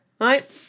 Right